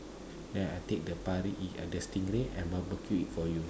ya I take the pari uh the stingray and barbecue it for you